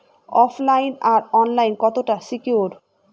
ওফ line আর online কতটা secure?